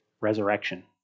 resurrection